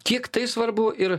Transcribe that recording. kiek tai svarbu ir